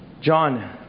John